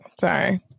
Sorry